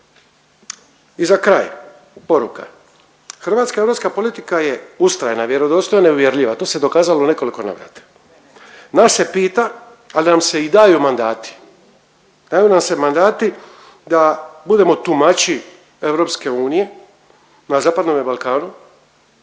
I za kraj, poruka, hrvatska europska politika je ustrajna, vjerodostojan i uvjerljiva, to se dokazalo u nekoliko navrata. Nas se pita, ali da nam se i daju mandati, daju nam se mandati da budemo tumači EU na zapadnome Balkanu